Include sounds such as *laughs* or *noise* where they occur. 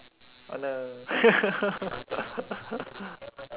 oh no *laughs*